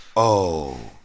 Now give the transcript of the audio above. oh,